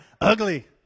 ugly